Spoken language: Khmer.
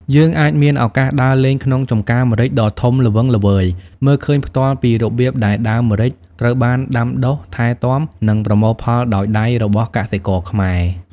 យើងអាចមានឱកាសដើរលេងក្នុងចម្ការម្រេចដ៏ធំល្វឹងល្វើយ មើលឃើញផ្ទាល់ពីរបៀបដែលដើមម្រេចត្រូវបានដាំដុះ ថែទាំ និងប្រមូលផលដោយដៃរបស់កសិករខ្មែរ ។